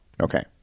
Okay